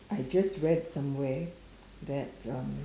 I just read somewhere that um